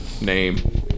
name